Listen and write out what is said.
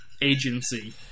agency